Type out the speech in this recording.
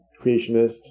creationist